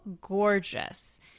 gorgeous